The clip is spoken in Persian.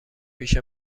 پیش